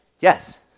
Yes